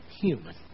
human